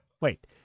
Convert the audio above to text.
Wait